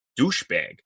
douchebag